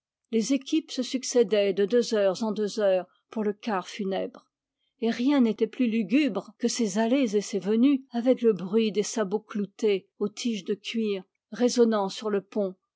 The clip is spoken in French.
les équipes se succédaient de deux heures en deux heures pour le quart funèbre et rien n'était plus lugubre que ces allées et ces venues avec le bruit des sabots cloutés aux tiges de cuir résonnant sur le pont